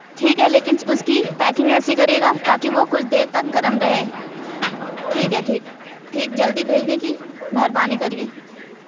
ٹھیک ہے لیکن اس کی پیکنگ ایسی کریے گا تاکہ وہ کچھ دیر تک گرم رہے ٹھیک ہے ٹھیک ٹھیک جلدی بھیجنے کی مہربانی کریئے